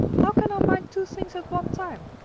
how can i mind two things at one time?